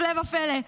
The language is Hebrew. הפלא ופלא,